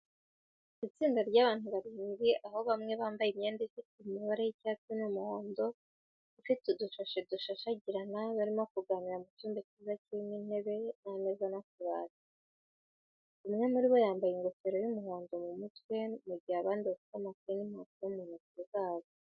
Itsinda ry'abantu barindwi, aho bamwe bambaye imyenda ifite amabara y'icyatsi n'umuhondo ifite udushashi dushashagirana, barimo kuganira mu cyumba cyiza kirimo intebe n’ameza n'akabati. Umwe muri bo yambaye ingofero y'umuhondo mu mutwe mu gihe abandi bafite amakayi n'impapuro mu ntoki zabo.